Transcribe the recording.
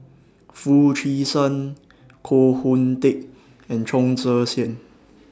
Foo Chee San Koh Hoon Teck and Chong Tze Chien